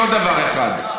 עוד דבר אחד,